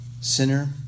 Sinner